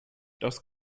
das